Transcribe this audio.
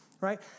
right